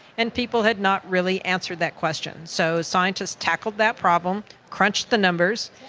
and people had not really answered that question. so scientists tackled that problem, crunched the numbers,